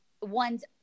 one's